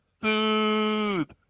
Dude